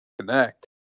connect